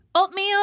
Oatmeal